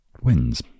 wins